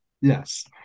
Yes